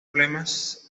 problemas